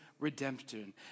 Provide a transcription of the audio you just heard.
Redemption